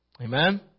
Amen